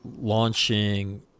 launching